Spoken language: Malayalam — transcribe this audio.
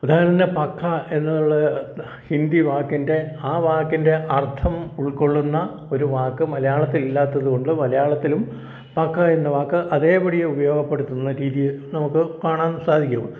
ഉദാഹരണം തന്നെ പക്കാ എന്നുള്ളത് ഹിന്ദി വാക്കിൻ്റെ ആ വാക്കിൻ്റെ അർത്ഥം ഉൾക്കൊള്ളുന്ന ഒരു വാക്ക് മലയാളത്തിൽ ഇല്ലാത്തതു കൊണ്ട് മലയാളത്തിലും പക്കാ എന്ന വാക്ക് അതേ പടി ഉപയോഗപ്പെടുത്തുന്ന രീതിയെ നമുക്ക് കാണാൻ സാധിക്കും